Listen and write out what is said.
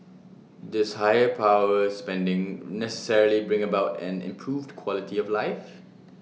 does higher power spending necessarily bring about an improved quality of life